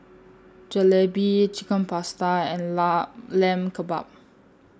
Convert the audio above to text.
Jalebi Chicken Pasta and La Lamb Kebabs